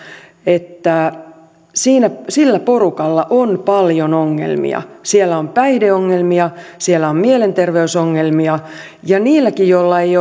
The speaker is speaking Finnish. että sillä porukalla on paljon ongelmia siellä on päihdeongelmia siellä on mielenterveysongelmia ja niilläkin joilla ei